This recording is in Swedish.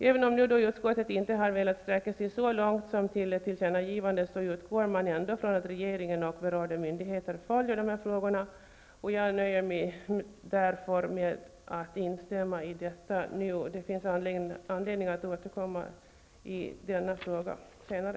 Även om utskottet nu inte har velat sträcka sig så långt som till ett tillkännagivande utgår man ändå från att regeringen och berörda myndigheter följer dessa frågor, och jag nöjer mig därför med att instämma i detta. Det finns anledning att återkomma i denna fråga senare.